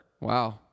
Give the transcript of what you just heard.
Wow